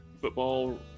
football